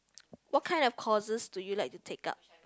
what kinds of courses do you like to take up